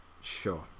sure